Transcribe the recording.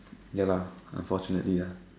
ya lah unfortunately ah